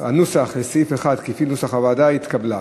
סעיף 1 כפי נוסח הוועדה התקבל.